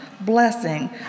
blessing